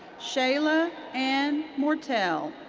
shayla anne mortel.